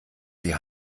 sie